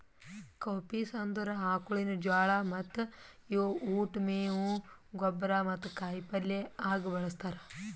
cowpeas ಅಂದುರ್ ಆಕುಳಿನ ಜೋಳ ಮತ್ತ ಇವು ಉಟ್, ಮೇವು, ಗೊಬ್ಬರ ಮತ್ತ ಕಾಯಿ ಪಲ್ಯ ಆಗ ಬಳ್ಸತಾರ್